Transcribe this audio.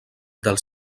dels